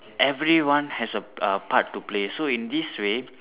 everyone has a uh part to play so in this way